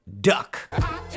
duck